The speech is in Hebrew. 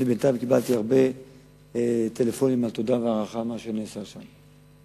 בינתיים קיבלתי הרבה טלפונים של תודה והערכה על מה שנעשה שם.